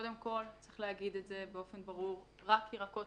קודם כול, צריך להגיד את זה באופן ברור: רק ירקות